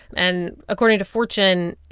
and according to fortune,